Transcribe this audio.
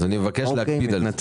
אני מבקש להקפיד על זה.